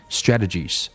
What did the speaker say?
strategies